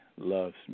loves